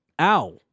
ow